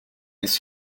his